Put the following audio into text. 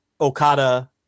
okada